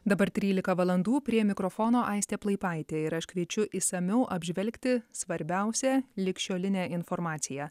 dabar trylika valandų prie mikrofono aistė plaipaitė ir aš kviečiu išsamiau apžvelgti svarbiausią ligšiolinę informaciją